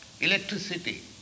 electricity